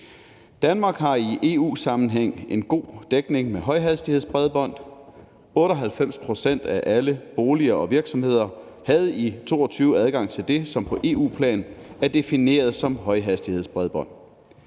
Danmark har i EU-sammenhæng en god dækning med højhastighedsbredbånd. 98 pct. af alle boliger og virksomheder havde i 2022 adgang til det, som på EU-plan er defineret som højhastighedsbredbånd.